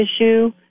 issue